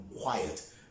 quiet